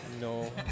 No